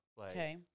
Okay